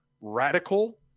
radical